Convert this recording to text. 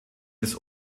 des